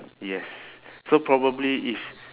yes so probably if